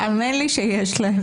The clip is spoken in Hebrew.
האמן לי שיש להם.